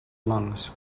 lungs